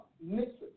mixes